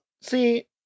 see